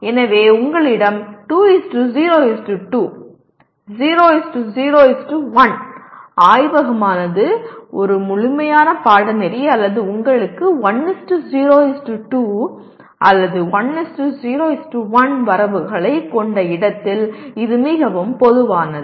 எனவே உங்களிடம் 2 0 2 0 0 1 ஆய்வகமானது ஒரு முழுமையான பாடநெறி அல்லது உங்களுக்கு 1 0 2 அல்லது 1 0 1 வரவுகளைக் கொண்ட இடத்தில் இது மிகவும் பொதுவானது